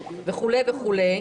וכו' וכו'.